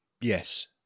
yes